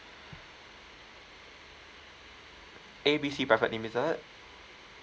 A B C private limited